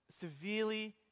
severely